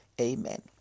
amen